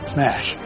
Smash